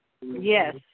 Yes